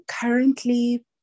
currently